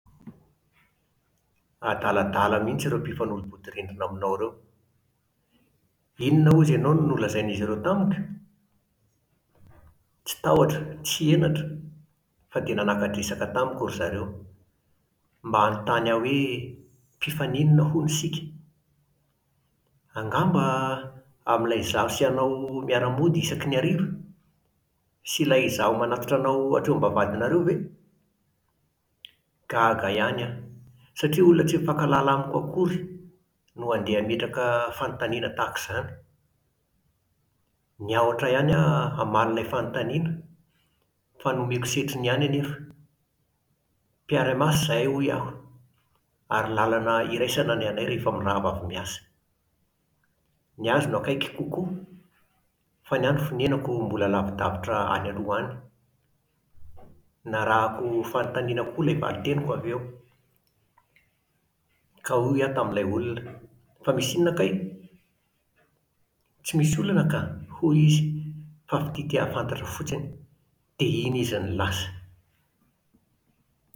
Adaladala mihintsy ireo mpifanolo-bodirindrina aminao ireo! Inona hozy ianao no nolazain’izy ireo tamiko? Tsy tahotra, tsy henatra, fa dia nanaka-dresaka tamiko ry zareo mba hanontany ahy hoe mpifaninona, hono, isika? Angamba amin'ilay izaho sy ianao miara-mody isaky ny hariva, sy ilay izaho manatitra anao hatreto am-bavahadinareo ve? Gaga ihany aho, satria olona tsy mifankahalala amiko akory no handeha hametraka fanontaniana tahaka izany! Niahotra ihany aho hamaly ilay fanontaniana. Fa nomeko setriny ihany anefa. Mpiara-miasa izahay, hoy aho. Ary làlana iraisana ny anay rehefa mirava avy miasa. Ny azy no akaiky kokoa fa ny ahy ny fonenako mbola lavidavitra any aloha any. Narahako fanontaniana koa ilay valinteniko avy eo. Ka hoy aho tamin'ilay olona: Fa misy inona kay? Tsy misy olana ka, hoy izy, fa fitia te-hahafantatra fotsiny. Dia iny izy no lasa.